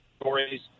stories